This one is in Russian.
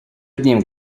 одним